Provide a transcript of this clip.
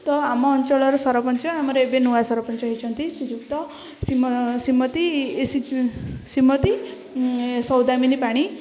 ତ ଆମ ଅଞ୍ଚଳର ସରପଞ୍ଚ ଆମର ଏବେ ନୂଆ ସରପଞ୍ଚ ହେଉଛନ୍ତି ଶ୍ରୀଯୁକ୍ତ ଶ୍ରୀମତୀ ଶ୍ରୀମତୀ ସୌଦାମିନୀ ପାଣି